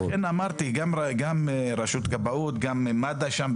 בדיוק, ולכן אמרתי שגם רשות הכבאות, גם מד"א שם.